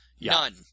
None